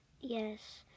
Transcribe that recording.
yes